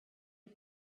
you